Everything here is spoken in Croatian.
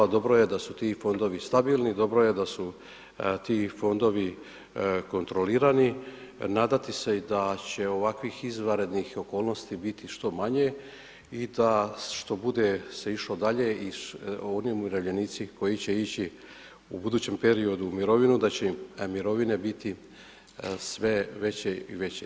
Dobro je da su ti fondovi stabilni, dobro je da su ti fondovi kontrolirani, nadati se da će ovakvih izvanrednih okolnosti biti što manje i da što bude se išlo dalje, i oni umirovljenici koji će ići u budućem periodu u mirovinu, da će im mirovine biti sve veće i veće.